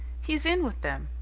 he's in with them.